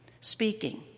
speaking